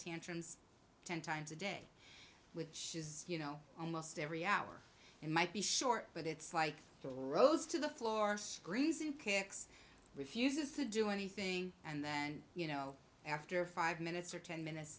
tantrums ten times a day which is you know almost every hour it might be short but it's like rows to the floor screens in picks refuses to do anything and then you know after five minutes or ten minutes